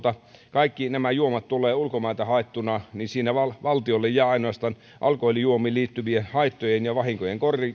kaikki nämä juomat tulevat ulkomailta haettuna niin siinä valtiolle jää ainoastaan alkoholijuomiin liittyvien haittojen ja vahinkojen